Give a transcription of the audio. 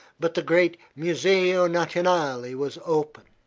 but the great museo nationale was open,